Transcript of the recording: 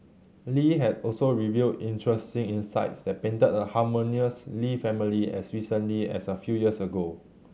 Li has also revealed interesting insights that painted a harmonious Lee family as recently as a few years ago